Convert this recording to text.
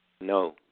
No